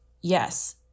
yes